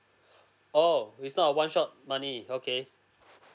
oh it's not a one shot money okay